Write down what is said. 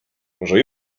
może